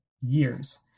Years